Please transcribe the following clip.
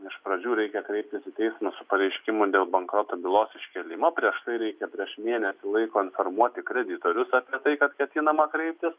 iš pradžių reikia kreiptis į teismą su pareiškimu dėl bankroto bylos iškėlimo prieš tai reikia prieš mėnesį laiko informuoti kreditorius apie tai kad ketinama kreiptis